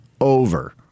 over